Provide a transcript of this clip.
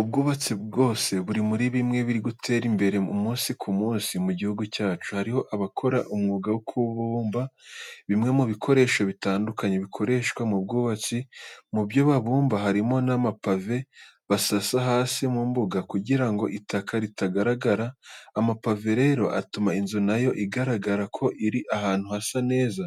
Ubwubatsi rwose buri muri bimwe biri gutera imbere umunsi ku munsi mu gihugu cyacu. Hariho abakora umwuga wo kubumba bimwe mu bikoresho bitandukanye bikoreshwa mu bwubatsi, mu byo babumba harimo n'amapave basasa hanze mu mbuga kugira ngo itaka ritagaragara. Amapave rero atuma inzu nayo igaragara ko iri ahantu hasa neza